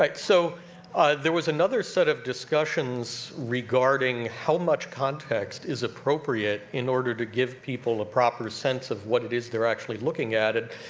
like so there was another set of discussions regarding how much context is appropriate in order to give people a proper sense of what it is they're actually looking at. you